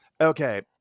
Okay